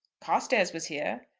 carstairs was here.